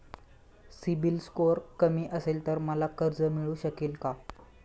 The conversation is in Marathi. सिबिल स्कोअर कमी असेल तर मला कर्ज मिळू शकेल का?